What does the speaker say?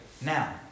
Now